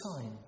time